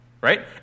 Right